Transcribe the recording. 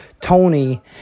tony